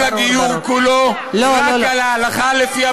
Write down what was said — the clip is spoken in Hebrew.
הגיור כולו רק על ההלכה לפי הפרשנות החרדית.